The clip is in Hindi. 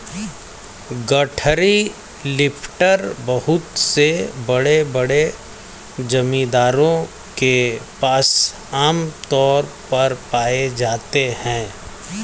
गठरी लिफ्टर बहुत से बड़े बड़े जमींदारों के पास आम तौर पर पाए जाते है